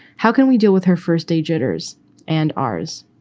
how can we deal with her first day jitters and ours?